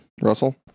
Russell